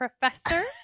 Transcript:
Professor